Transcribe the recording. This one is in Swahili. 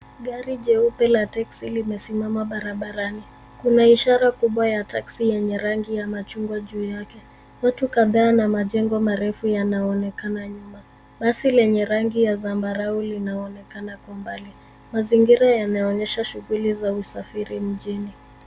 Gari nyeupe la teksi limesimama barabarani, kuna ishara kubwa ya teksi yenye rangi ya machungwa juu yake. Watu kadha na mageno marefu yanaonekana nyuma. Basi lenya rangi ya zambarau linaonekana kwa umbali. Mazingira yanaonyesha shuguli za usafuri mjini.